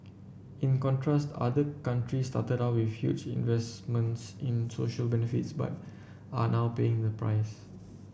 in contrast other countries started out with huge investments in social benefits but are now paying the price